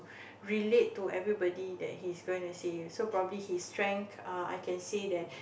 relate to everybody that he's gonna say so probably his strengths uh I can say that